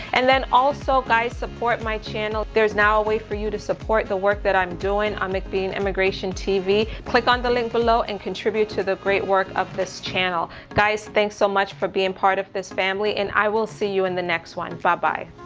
and then also guys support my channel. there's now a way for you to support the work that i'm doing on mcbean immigration tv, click on the link below and contribute to the great work of this channel. guys. thanks so much for being part of this family. and i will see you in the next one. bye bye.